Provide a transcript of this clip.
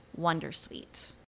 Wondersuite